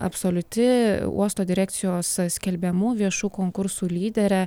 absoliuti uosto direkcijos skelbiamų viešų konkursų lyderė